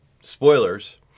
spoilers